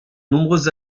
nombreuses